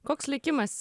koks likimas